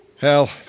Hell